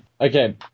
Okay